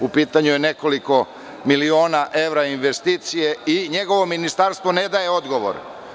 U pitanju je nekoliko miliona evra investicija i njegovo ministarstvo ne daje odgovor.